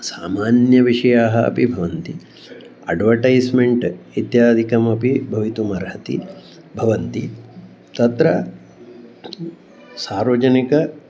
सामान्यविषयाः अपि भवन्ति अड्वटैस्मेण्ट् इत्यादिकमपि भवितुम् अर्हति भवन्ति तत्र सार्वजनिकेषु